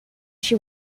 she